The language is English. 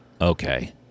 Okay